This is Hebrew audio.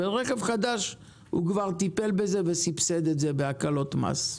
וברכב חדש הוא כבר טיפל וסבסד את זה בהקלות מס.